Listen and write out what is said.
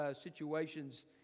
situations